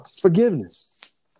Forgiveness